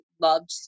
loved